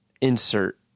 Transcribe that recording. insert